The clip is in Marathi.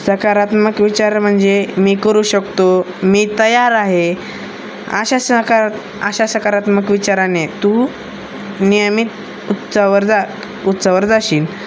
सकारात्मक विचार म्हणजे मी करू शकतो मी तयार आहे अशा सकार अशा सकारात्मक विचाराने तू नियमित उंचीवर जा उंचीवर जाशील